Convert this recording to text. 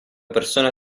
persona